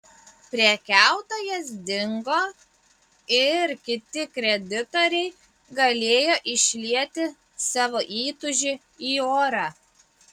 prekiautojas dingo ir kiti kreditoriai galėjo išlieti savo įtūžį į orą